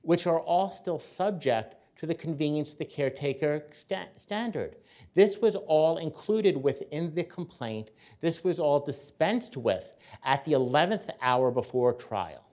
which are all still subject to the convenience the care taker extends standard this was all included within the complaint this was all dispensed with at the eleventh hour before trial